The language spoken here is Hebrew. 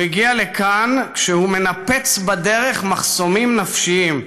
הוא הגיע לכאן כשהוא מנפץ בדרך מחסומים נפשיים,